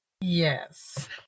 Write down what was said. Yes